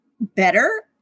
better